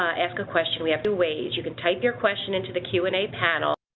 ask a question we have two ways, you can type your question into the q and a panel